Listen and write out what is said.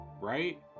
right